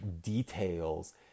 details